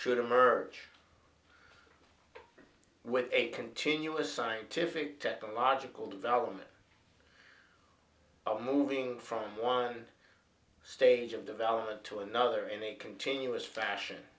should emerge with a continuous scientific technological development of moving from one stage of development to another in a continuous fashion